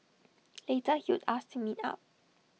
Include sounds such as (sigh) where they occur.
(noise) later he would ask to meet up